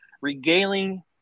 regaling